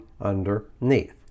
underneath